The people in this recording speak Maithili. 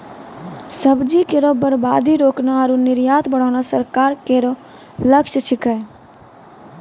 सब्जी केरो बर्बादी रोकना आरु निर्यात बढ़ाना सरकार केरो लक्ष्य छिकै